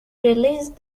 released